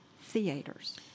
theaters